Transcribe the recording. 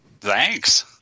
Thanks